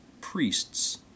priests